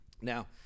Now